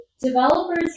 developers